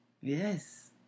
Yes